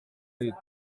magambo